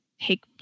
take